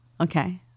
Okay